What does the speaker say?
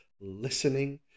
listening